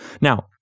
Now